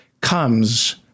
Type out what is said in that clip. comes